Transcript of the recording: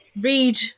read